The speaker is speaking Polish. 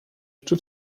czy